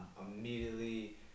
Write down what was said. immediately